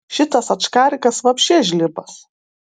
šitas ačkarikas vapše žlibas